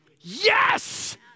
Yes